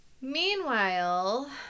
Meanwhile